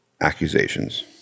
accusations